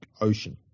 ocean